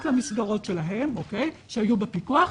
נכון, רק למסגרות שלהם שהיו בפיקוח.